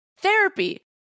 Therapy